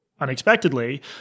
unexpectedly